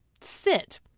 sit